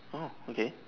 orh okay